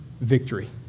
victory